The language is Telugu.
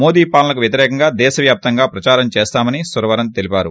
మోదీ పాలనకు వ్యతిరేకంగా దేశవ్యాప్తంగా ప్రదారం చేస్తామని సురవరం తెలిపారు